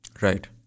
Right